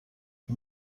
این